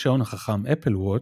השעון החכם Apple Watch,